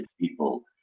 people